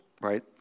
Right